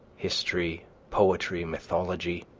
history, poetry, mythology